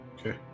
Okay